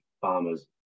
farmers